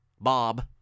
Bob